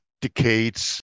decades